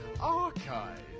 Archive